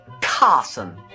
Carson